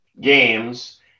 games